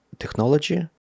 technology